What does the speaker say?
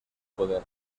poder